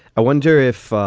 i wonder if.